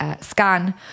scan